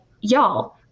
y'all